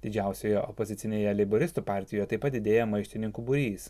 didžiausioje opozicinėje leiboristų partijoje taip pat didėja maištininkų būrys